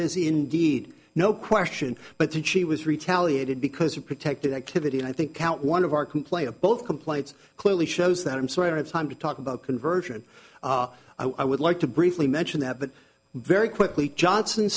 is indeed no question but that she was retaliated because of protected activity and i think count one of our complain of both complaints clearly shows that i'm sorry i don't have time to talk about conversion i would like to briefly mention that but very quickly johnson